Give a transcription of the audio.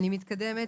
תודה.